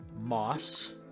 Moss